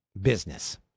business